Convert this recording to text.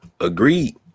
Agreed